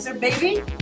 baby